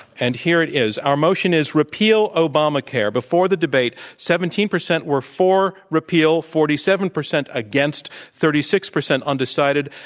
and here it is. our motion is repeal obamacare. before the debate, seventeen percent were for repeal. forty seven percent against, thirty six percent undecided.